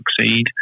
succeed